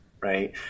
right